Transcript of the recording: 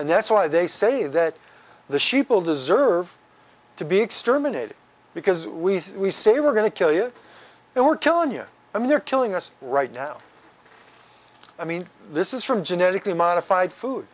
and that's why they say that the sheeple deserve to be exterminated because we say we say we're going to kill you and we're killing you and they're killing us right now i mean this is from genetically modified food